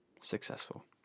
successful